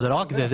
זה לא רק זה,